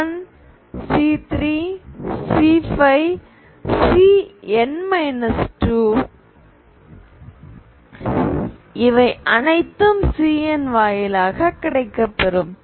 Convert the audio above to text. Cn 2 இவை அனைத்தும் Cn வாயிலாக கிடைக்கப் பெறும்